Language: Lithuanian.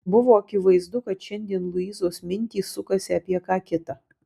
buvo akivaizdu kad šiandien luizos mintys sukasi apie ką kita